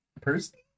person